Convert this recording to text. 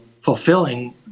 fulfilling